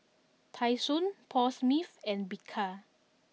Tai Sun Paul Smith and Bika